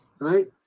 Right